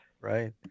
Right